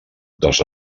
dels